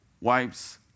wipes